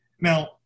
Now